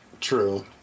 true